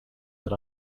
that